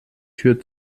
tür